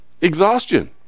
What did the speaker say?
exhaustion